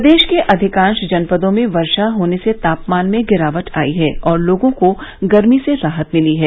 प्रदेश के अधिकांश जनपदों में वर्षा होने से तापमान में गिरावट आई है और लोगों को गर्मी से राहत मिली है